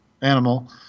animal